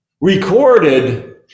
recorded